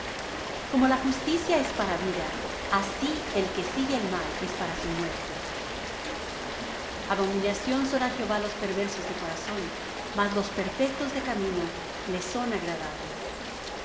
como la justicia es para vida así el que sigue el mal es para su muerte abominación son á jehová los perversos de corazón mas los perfectos de camino le son agradables